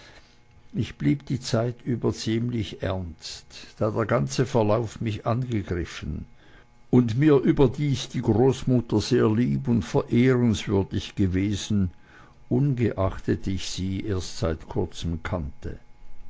ich blieb die zeit über ziemlich ernst da der ganze verlauf mich angegriffen und mir überdies die großmutter sehr lieb und verehrungswürdig gewesen ungeachtet ich sie seit kurzem kannte